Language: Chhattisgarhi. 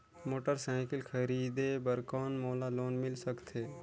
मोटरसाइकिल खरीदे बर कौन मोला लोन मिल सकथे?